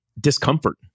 discomfort